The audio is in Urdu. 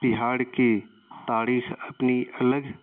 بہار کی تاریخ اپنی الگ